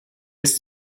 bis